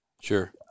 sure